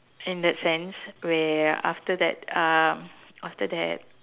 in that sense where after that uh after that